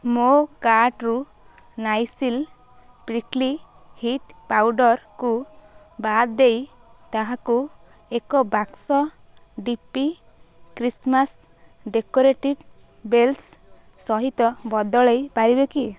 ମୋ କାର୍ଟ୍ରୁ Nycil prickly heat ପାଉଡ଼ର୍କୁ ବାଦ୍ ଦେଇ ତାହାକୁ ଏକ ବାକ୍ସ D P Christmas decorative bells ସହିତ ବଦଳାଇ ପାରିବେ କି